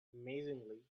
amazingly